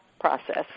process